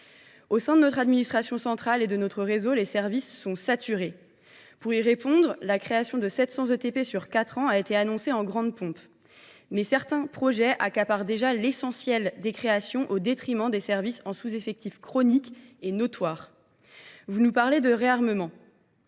Au sein de notre administration centrale et de notre réseau, les services sont saturés. La création de 700 ETP sur quatre ans a été annoncée en grande pompe, mais certains projets accaparent déjà l’essentiel des créations, au détriment de services en sous effectif chronique et notoire. Vous nous parlez de réarmement.